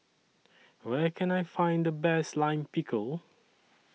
Where Can I Find The Best Lime Pickle